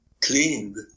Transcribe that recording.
cleaned